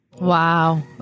Wow